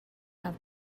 have